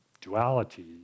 duality